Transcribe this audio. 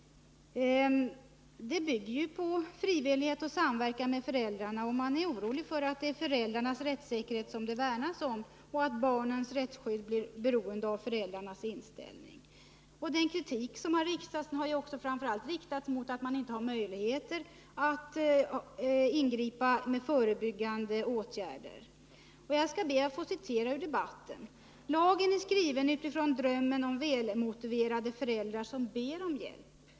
Det bygger på frivillighet och samverkan med föräldrarna, och många är oroliga för att det främst är föräldrarnas rättssäkerhet som man vill värna om och att barnens rättsskydd blir beroende av föräldrarnas inställning. Kritiken har framför allt riktats mot att det inte blir möjligt att ingripa med förebyggande åtgärder. I debatten har anförts: Lagen är skriven utifrån drömmen om välmotiverade föräldrar som ber om hjälp.